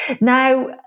Now